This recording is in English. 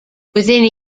within